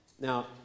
Now